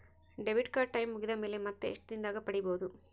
Debit card time ಮುಗಿದ ಮೇಲೆ ಮತ್ತೆ ಎಷ್ಟು ದಿನದಾಗ ಪಡೇಬೋದು?